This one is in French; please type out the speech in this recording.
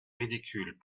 ridicules